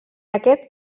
aquest